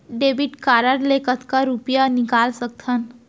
Debit card ले कतका रुपिया निकाल सकथन?